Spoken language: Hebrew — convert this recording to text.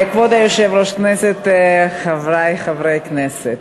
כבוד היושב-ראש, חברי חברי הכנסת,